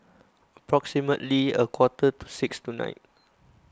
approximately a quarter to six tonight